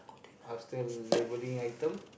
after labelling item